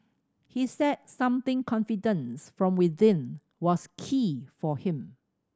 he said something confidence from within was key for him